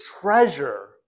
treasure